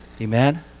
Amen